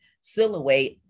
silhouette